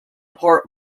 port